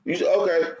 okay